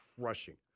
crushing